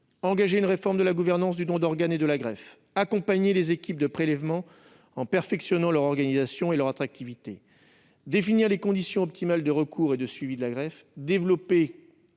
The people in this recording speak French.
engager une réforme de la gouvernance du don d'organes et de la greffe, accompagner les équipes de prélèvement en perfectionnant leur organisation et leur attractivité, définir les conditions optimales de recours et de suivi de la greffe, développer